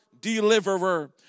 Deliverer